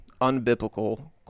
unbiblical